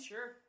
Sure